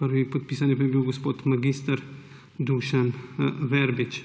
Prvopodpisani pa je bil gospod mag. Dušan Verbič.